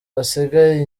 basigaye